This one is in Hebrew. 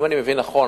אם אני מבין נכון,